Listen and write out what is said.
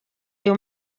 ayo